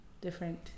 different